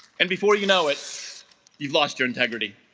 and before you know it you've lost your integrity